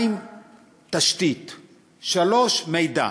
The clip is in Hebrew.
2. תשתית, 3. מידע.